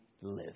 live